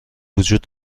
وجود